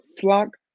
flock